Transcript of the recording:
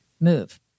move